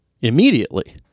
immediately